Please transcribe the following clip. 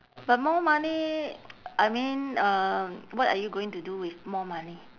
but more money I mean um what are you going to do with more money